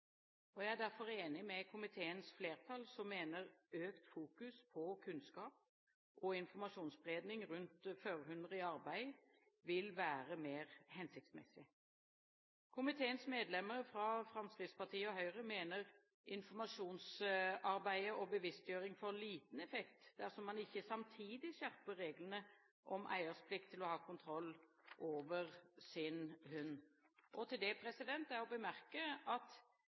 Jeg er derfor enig med komiteens flertall, som mener økt fokus på kunnskap og informasjonsspredning rundt førerhunder i arbeid vil være mer hensiktsmessig. Komiteens medlemmer fra Fremskrittspartiet og Høyre mener informasjonsarbeid og bevisstgjøring får liten effekt dersom man ikke samtidig skjerper reglene om eiers plikt til å ha kontroll over sin hund. Til det er å bemerke at